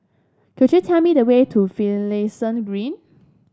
could you tell me the way to Finlayson Green